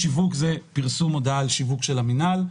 שיווק פרסום הודעה על שיווק של המינהל.